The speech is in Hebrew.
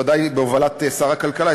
ודאי בהובלת שר הכלכלה,